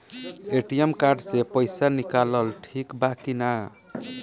ATM card से पईसा निकालल ठीक बा की ना?